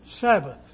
Sabbath